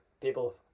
people